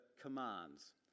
commands